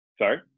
Sorry